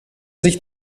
sich